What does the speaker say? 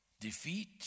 defeat